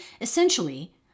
essentially